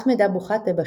אחמד אבו חטב,